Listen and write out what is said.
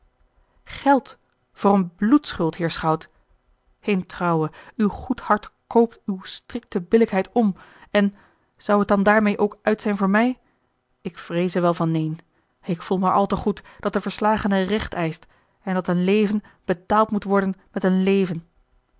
geld voor eene bloedschuld heer schout in trouwe uw goed hart koopt uwe strikte billijkheid om en zou het dan daarmeê ook uit zijn voor mij ik vreeze wel van neen ik voel maar al te goed dat de verslagene recht eischt en dat een leven betaald moet worden met een leven